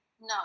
No